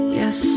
yes